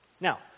Now